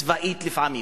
צבאית לפעמים.